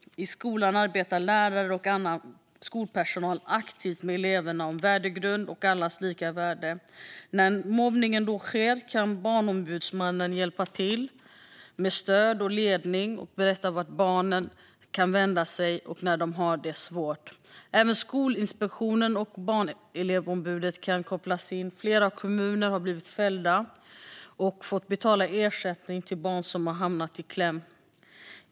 I skolan arbetar lärare och annan skolpersonal aktivt med eleverna med värdegrund och allas lika värde. När mobbning ändå sker kan Barnombudsmannen hjälpa till med stöd och ledning och berätta vart barnen kan vända sig när de har det svårt. Även Skolinspektionen och Barn och elevombudet kan kopplas in. Flera kommuner har blivit fällda och fått betala ersättning till barn som har hamnat i kläm.